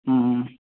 ହୁଁ